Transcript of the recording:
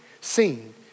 seen